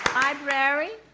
library,